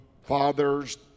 fathers